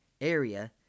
area